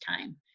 time